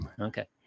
Okay